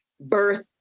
birth